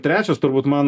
trečias turbūt man